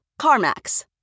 CarMax